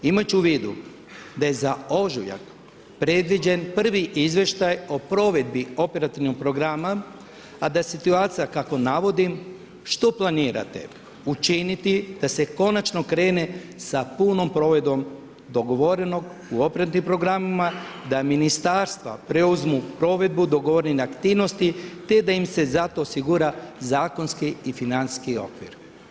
Imajući u vidu da je za ožujak predviđen prvi izvještaj o provedbi operativnog programa, a da situacija kako navodim, što planirate učiniti da se konačno krene sa punom provedbom dogovorenog u operativnim programima, da ministarstva preuzmu provedbu dogovorenih aktivnosti, te da im se zato osigura zakonski i financijski okvir?